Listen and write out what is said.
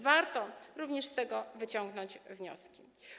Warto również z tego wyciągnąć wnioski.